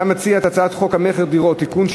אתה מציע את הצעת חוק המכר (דירות) (תיקון,